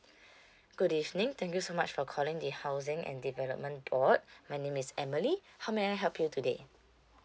good evening thank you so much for calling the housing and development board my name is emily how may I help you today